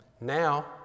Now